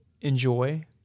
enjoy